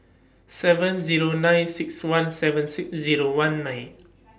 seven Zero nine six one seven six Zero one nine